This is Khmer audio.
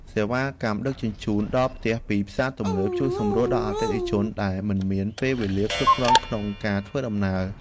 សេវាកម្មដឹកជញ្ជូនដល់ផ្ទះពីផ្សារទំនើបជួយសម្រួលដល់អតិថិជនដែលមិនមានពេលវេលាគ្រប់គ្រាន់ក្នុងការធ្វើដំណើរ។